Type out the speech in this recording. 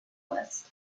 list